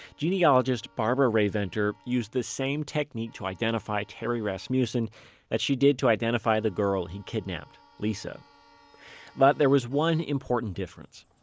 genealogist barbara rae-venter used the same technique to identify terry rasmussen that she did to identify the girl he kidnapped lisa but there was one important difference.